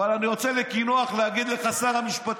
לכן,